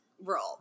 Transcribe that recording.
role